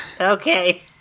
Okay